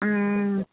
उम्